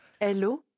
Hello